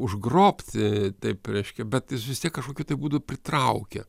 užgrobti taip reiškia bet jis vis tiek kažkokiu būdu pritraukia